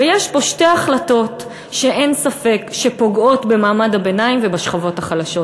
ויש פה שתי החלטות שאין ספק שהן פוגעות במעמד הביניים ובשכבות החלשות: